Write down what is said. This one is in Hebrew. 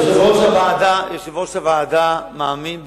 יושב-ראש הוועדה מאמין,